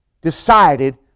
decided